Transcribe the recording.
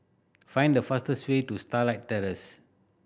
find the fastest way to Starlight Terrace